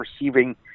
receiving